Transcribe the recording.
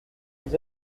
des